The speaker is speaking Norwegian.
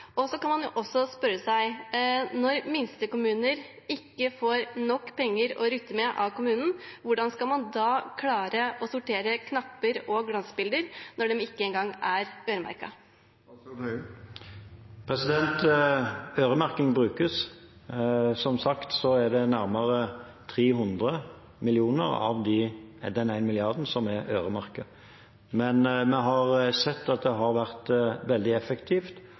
Så kan man også spørre seg: Når de minste kommunene ikke får nok penger å rutte med av staten, hvordan skal man da klare å sortere knapper og glansbilder når de ikke engang er øremerket? Øremerking brukes. Som sagt er det nærmere 300 mill. kr av den ene milliarden som er øremerket. Men vi har sett at det har vært veldig effektivt